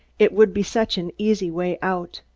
it would be such an easy way out.